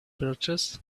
birches